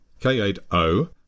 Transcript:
K8O